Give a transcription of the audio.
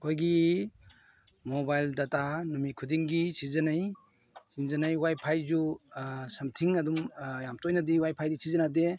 ꯑꯩꯈꯣꯏꯒꯤ mobile data ꯅꯨꯃꯤꯠ ꯈꯨꯗꯤꯡꯒꯤ ꯁꯤꯖꯤꯟꯅꯩ ꯆꯤꯡꯖꯤꯟꯅꯩ ꯋꯥꯏꯐꯥꯏꯁꯨ ꯁꯝꯊꯤꯡ ꯑꯗꯨꯝ ꯌꯥꯝ ꯇꯣꯏꯅꯗꯤ ꯋꯥꯏꯐꯥꯏꯗꯤ ꯁꯤꯖꯟꯅꯗꯦ